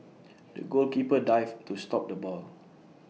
the goalkeeper dived to stop the ball